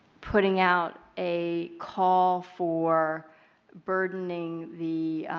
putting out a call for burdening the